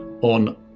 on